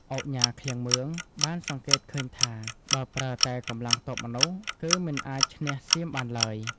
ឧកញ៉ា ឃ្លាំងមឿង បានសង្កេតឃើញថា បើប្រើតែកម្លាំងទ័ពមនុស្ស គឺមិនអាចឈ្នះសៀមបានឡើយ។